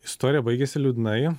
istorija baigėsi liūdnai